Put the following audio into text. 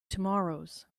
tomorrows